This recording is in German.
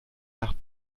nach